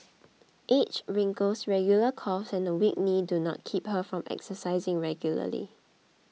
age wrinkles regular coughs and a weak knee do not keep her from exercising regularly